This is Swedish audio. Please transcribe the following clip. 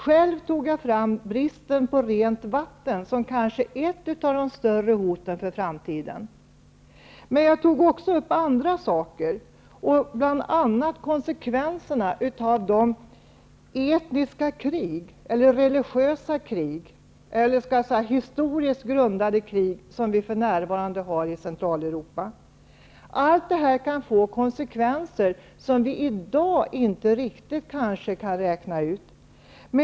Själv pekade jag på bristen på rent vatten som kanske ett av de större hoten inför framtiden. Jag tog också upp andra saker, bl.a. konsekvenserna av de etniska och religiösa krig, eller skall vi säga historiskt grundade krig, som vi för närvarande ser i Centraleuropa. Allt detta kan få konsekvenser som vi i dag inte riktigt kan räkna ut.